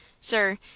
sir